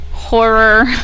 Horror